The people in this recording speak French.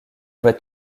vas